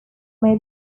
may